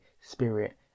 spirit